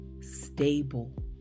stable